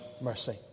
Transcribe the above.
mercy